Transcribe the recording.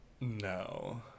no